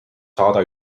saada